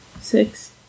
six